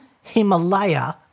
Himalaya